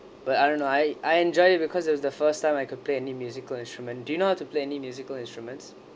but I don't know I I enjoyed it because it was the first time I could play any musical instrument do you know how to play any musical instruments